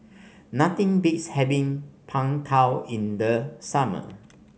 nothing beats having Png Tao in the summer